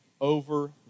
over